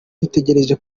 dutegereje